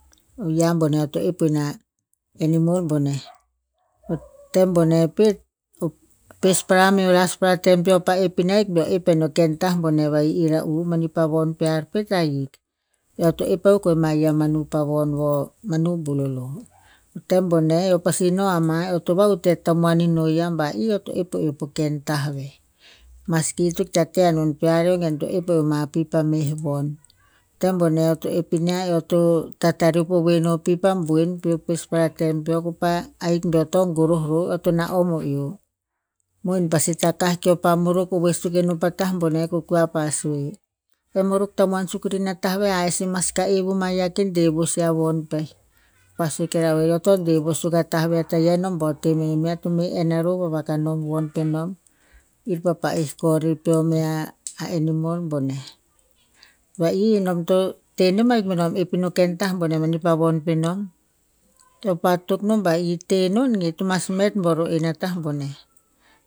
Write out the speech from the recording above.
Yia boneh eo to epina animal boneh. O tem boneh pet, o pespera meo laspara tem peo pa epinia ahik beo epina ken tah boneh va'i era'u mani pa von pear pet ahik. Eo to ep akuk ma yia manu pa von vo, manu bulolo. Tem boneh eo pasi no'ama eo to va'utet tamuan ino ya ba, i eo to ep o en po ken tah ve. Maski ito ikta teh anon pear eo gen to ep oan pi pa meh von. Tem boneh eo to epinia eo to tatareop ovoe no pi pa boen peo pespara tem peo ko pa, ahik beo to goroh roh eo to na'om o eo. Mohin pasi takah keo pa morok ovoe suk eno pa tah boneh ko kua pa sue, eh morok tamuan suk irina tah veh a eh si mas ka'e vuma ya ke de vos ya von peh. Pa sue ke ra oer, eo to deh vos suk a tah veh ataia nom bo temenomia to me enn arov ava kanom von penom. I pa pa'e kor en peo mea animal boneh. Va'i nom to tenom ahik benom epina o ken tah boneh mani pa von penom. Keo pa tok nom ba i tenon ge to mas met bo roh en a tah boneh.